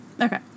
Okay